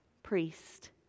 priest